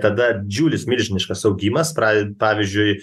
tada džiulis milžiniškas augimas praed pavyzdžiui